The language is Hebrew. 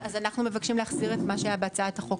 אז אנחנו מבקשים להחזיר את מה שהיה בהצעת החוק